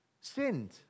sinned